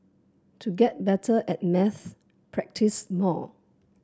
to get better at maths practise more